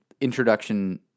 introduction